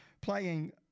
playing